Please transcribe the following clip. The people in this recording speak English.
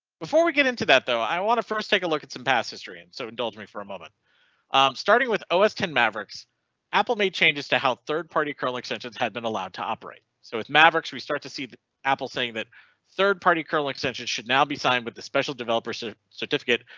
before we get into that though. i want to first take a look at some past history. and so indulge me for a moment starting with os ten mavericks apple made changes to how third party kernel extensions had been allowed to operate. so with mavericks we start to see the apple saying that third party kernel extension should now be signed th the special developer sort of certificate,